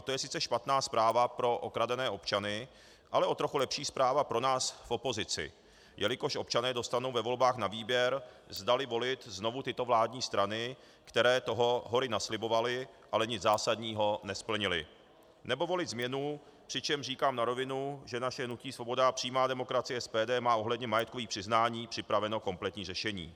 To je sice špatná zpráva pro okradené občany, ale o trochu lepší zpráva pro nás v opozici, jelikož občané dostanou ve volbách na výběr, zdali volit znovu tyto vládní strany, které toho hory naslibovaly, ale nic zásadního nesplnily, nebo volit změnu, přičemž říkám na rovinu, že naše hnutí Svoboda a přímá demokracie SPD má ohledně majetkových přiznání připraveno kompletní řešení.